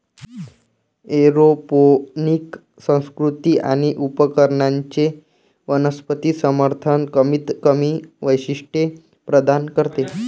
aeroponic संस्कृती आणि उपकरणांचे वनस्पती समर्थन कमीतकमी वैशिष्ट्ये प्रदान करते